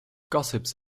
gossips